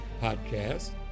podcast